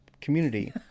community